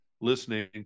listening